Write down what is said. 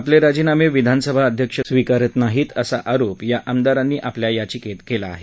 आपले राजीनामे विधानसभा अध्यक्ष स्वीकारत नाहीत असा आरोप या आमदारांनी आपल्या याचिकेत केला आहे